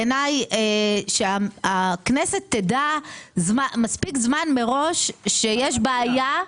בעיניי שהכנסת תדע מספיק זמן מראש שיש בעיה בתקציב.